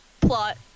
plot